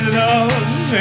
love